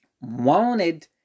wanted